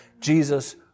Jesus